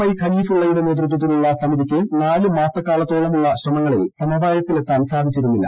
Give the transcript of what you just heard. I ഖലീഫുള്ളയുടെ നേതൃത്വത്തിലുള്ള സമിതിക്ക് നാല് മാസക്കാലത്തോളമുള്ള ശ്രമങ്ങളിൽ സമവായത്തിലെത്താൻ സാധിച്ചിരുന്നില്ല